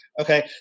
Okay